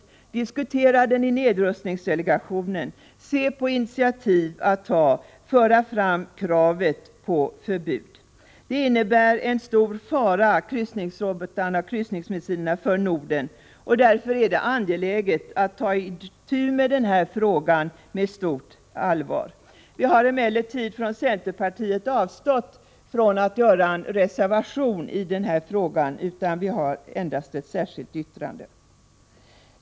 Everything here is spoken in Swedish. Vi måste diskutera den i nedrustningsdelegationen, se på initiativ att ta och föra fram kravet på förbud. Kryssningsmissilerna innebär en stor fara för Norden — därför är det angeläget att ta itu med den här frågan med stort allvar. Vi från centerpartiet har emellertid avstått från att skriva någon reservation i frågan, vi har endast skrivit ett särskilt yttrande.